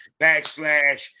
backslash